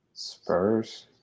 Spurs